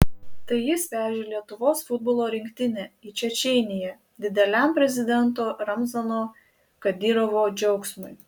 tai jis vežė lietuvos futbolo rinktinę į čečėniją dideliam prezidento ramzano kadyrovo džiaugsmui